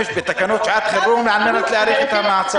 בתקנות שעת חירום על מנת להאריך את המעצר?